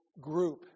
group